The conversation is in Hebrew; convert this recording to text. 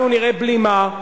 אנחנו נראה בלימה,